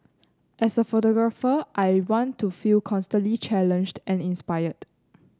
as a photographer I want to feel constantly challenged and inspired